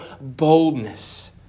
boldness